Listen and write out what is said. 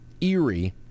eerie